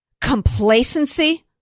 Complacency